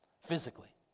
physically